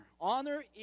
Honor